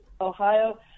Ohio